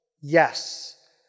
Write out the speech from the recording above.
Yes